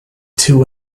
two